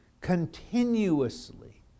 continuously